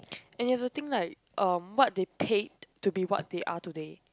and there's a thing like um what they paid to be what they are today